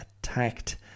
attacked